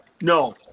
no